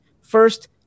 First